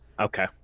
Okay